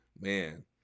Man